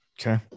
Okay